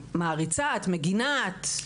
מעריצת, מגינת.